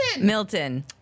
Milton